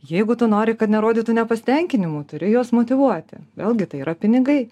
jeigu tu nori kad nerodytų nepasitenkinimo turi juos motyvuoti vėlgi tai yra pinigai